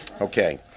Okay